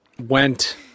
went